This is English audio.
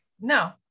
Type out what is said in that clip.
no